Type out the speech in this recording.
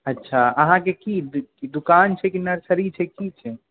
अच्छा अहाँके की दोकान छै की नर्सरी छै की छै